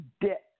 debt